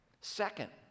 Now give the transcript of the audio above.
Second